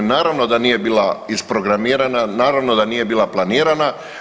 Naravno da nije bila isprogramirana, naravno da nije bila planirana.